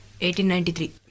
1893